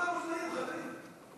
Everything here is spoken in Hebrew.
כולם מוזמנים.